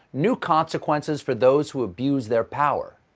new consequences for those who abuse their power.